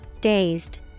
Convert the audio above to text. Dazed